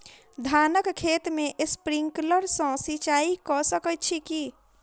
धानक खेत मे स्प्रिंकलर सँ सिंचाईं कऽ सकैत छी की?